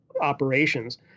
operations